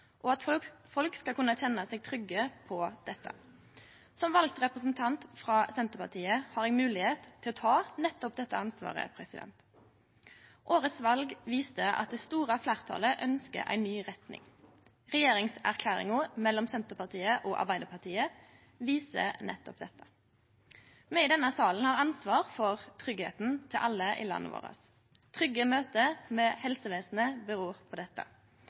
og for at folk skal kunne kjenne seg trygge på dette. Som vald representant frå Senterpartiet har eg moglegheit til å ta dette ansvaret. Årets val viser at det store fleirtalet ønskjer ei ny retning. Regjeringserklæringa frå Arbeidarpartiet og Senterpartiet viser nettopp dette. Me i denne salen har ansvar for tryggleiken til alle i landet vårt. Trygge møte med helsevesenet beror på dette.